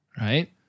right